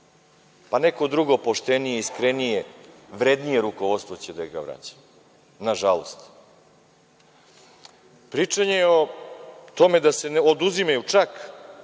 Pa, neko drugo poštenije i iskrenije, vrednije rukovodstvo će da ga vraća, na žalost. Pričanje o tome da se oduzimaju čak